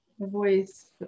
voice